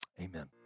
Amen